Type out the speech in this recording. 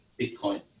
Bitcoin